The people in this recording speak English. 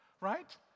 right